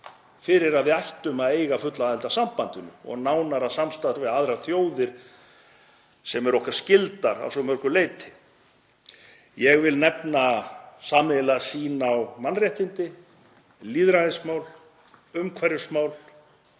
fyrir því að við ættum að eiga fulla aðild að sambandinu og nánara samstarf við aðrar þjóðir, sem er okkar skylda að svo mörgu leyti. Ég vil nefna sameiginlega sýn á mannréttindi, lýðræðismál, umhverfismál,